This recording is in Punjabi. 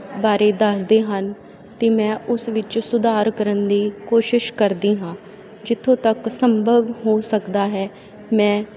ਬਾਰੇ ਦੱਸਦੇ ਹਨ ਅਤੇ ਮੈਂ ਉਸ ਵਿੱਚ ਸੁਧਾਰ ਕਰਨ ਦੀ ਕੋਸ਼ਿਸ਼ ਕਰਦੀ ਹਾਂ ਜਿੱਥੋਂ ਤੱਕ ਸੰਭਵ ਹੋ ਸਕਦਾ ਹੈ ਮੈਂ